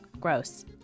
gross